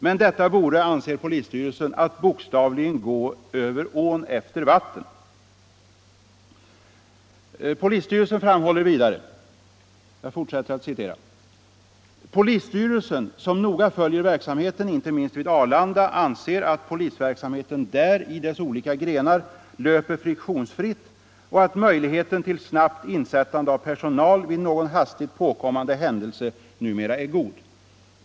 Men detta vore att bokstavligen gå över ån efter vatten.” Polisstyrelsen framhåller vidare: ”Polisstyrelsen, som noga följer verksamheten inte minst vid Arlanda, anser att polisverksamheten där, i dess olika grenar, löper friktionsfritt och att möjligheten till snabbt insättande av personal vid någon hastigt påkommande händelse numera är god.